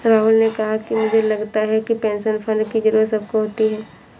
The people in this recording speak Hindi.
राहुल ने कहा कि मुझे लगता है कि पेंशन फण्ड की जरूरत सबको होती है